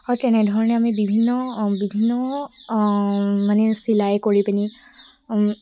হয় তেনেধৰণে আমি বিভিন্ন বিভিন্ন মানে চিলাই কৰি পিনি